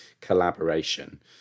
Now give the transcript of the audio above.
collaboration